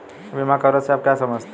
बीमा कवरेज से आप क्या समझते हैं?